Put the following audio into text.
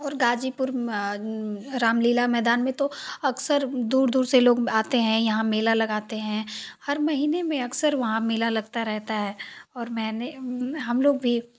और गाज़ीपुर रामलीला मैदान में तो अक्सर दूर दूर से लोग आते हैं यहाँ मेला लगाते हैं हर महीने में अक्सर वहाँ मेला लगता रहता है और मैंने हमलोग भी